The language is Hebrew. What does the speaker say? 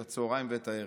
את הצוהריים ואת הערב.